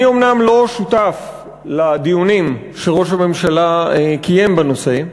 אני אומנם לא שותף לדיונים שראש הממשלה קיים בנושא,